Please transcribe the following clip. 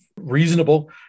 reasonable